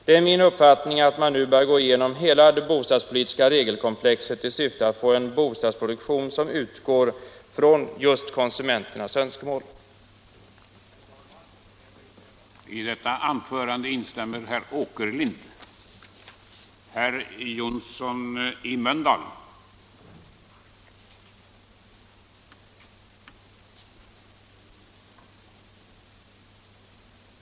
Det är min uppfattning att man nu bör gå igenom hela det bostadspolitiska regelkomplexet i syfte att få en bostadsproduktion som utgår från konsumenternas önskemål. Allmänpolitisk debatt Allmänpolitisk debatt